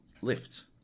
lift